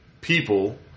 people